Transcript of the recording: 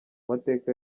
mateka